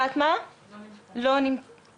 פאטמה לא נמצאת,